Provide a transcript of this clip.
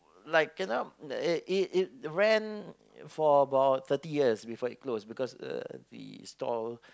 like cannot like it it it rent for about thirty years before it close because the the store